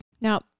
Now